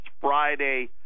Friday